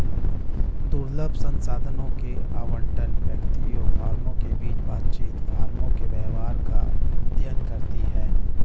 दुर्लभ संसाधनों के आवंटन, व्यक्तियों, फर्मों के बीच बातचीत, फर्मों के व्यवहार का अध्ययन करती है